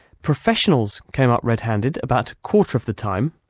professionals came up red-handed about a quarter of the time,